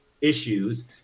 issues